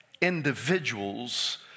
individuals